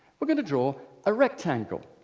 we're gonna draw a rectangle.